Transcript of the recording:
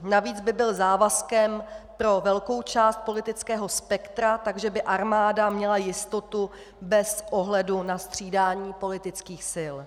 Navíc by byl závazkem pro velkou část politického spektra, takže by armáda měla jistotu bez ohledu na střídání politických sil.